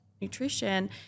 nutrition